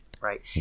right